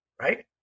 right